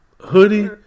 hoodie